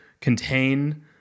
contain